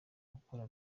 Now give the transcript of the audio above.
gukora